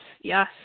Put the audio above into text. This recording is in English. yes